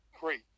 great